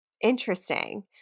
Interesting